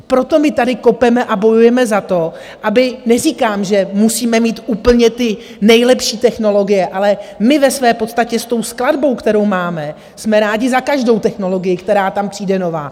Proto my tady kopeme a bojujeme za to, aby neříkám, že musíme mít úplně ty nejlepší technologie, ale my ve své podstatě s tou skladbou, kterou máme, jsme rádi za každou technologii, která tam přijde nová.